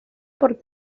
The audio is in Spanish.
por